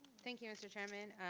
thank you, mr. chairman.